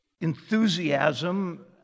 enthusiasm